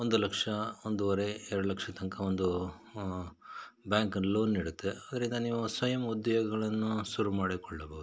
ಒಂದು ಲಕ್ಷ ಒಂದುವರೆ ಎರಡು ಲಕ್ಷದ ತನಕ ಒಂದು ಬ್ಯಾಂಕ್ ಲೋನ್ ನೀಡುತ್ತೆ ಅದರಿಂದ ನೀವು ಸ್ವಯಂ ಉದ್ಯೋಗಗಳನ್ನು ಶುರು ಮಾಡಿಕೊಳ್ಳಬಹುದು